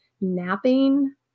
napping